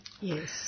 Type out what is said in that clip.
Yes